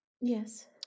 Yes